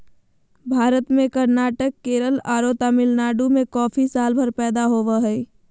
भारत में कर्नाटक, केरल आरो तमिलनाडु में कॉफी सालभर पैदा होवअ हई